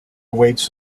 awaits